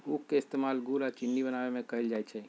उख के इस्तेमाल गुड़ आ चिन्नी बनावे में कएल जाई छई